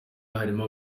harimo